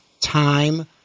time